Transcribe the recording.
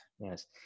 Yes